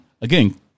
Again